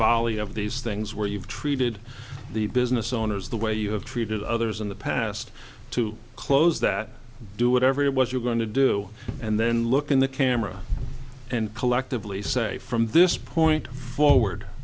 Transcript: volley of these things where you've treated the business owners the way you have treated others in the past to close that do whatever it was you're going to do and then look in the camera and collectively say from this point forward